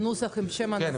זו הצבעה פסולה.